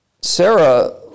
Sarah